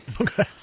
okay